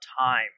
time